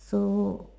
so